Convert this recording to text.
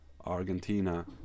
Argentina